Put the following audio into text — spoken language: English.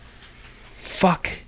Fuck